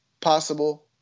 Possible